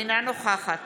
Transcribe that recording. אינה נוכחת